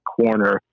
corner